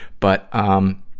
but, um,